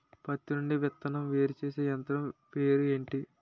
పత్తి నుండి విత్తనం వేరుచేసే యంత్రం పేరు ఏంటి